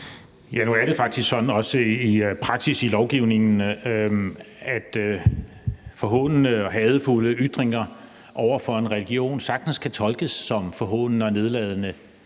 Nu er det faktisk sådan, også i praksis i lovgivningen, at forhånende og hadefulde ytringer over for en religion sagtens kan tolkes som forhånende og nedladende